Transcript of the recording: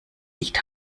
nicht